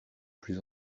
plus